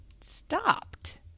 stopped